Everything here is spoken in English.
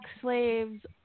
slaves